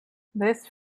this